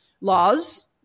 laws